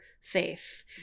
faith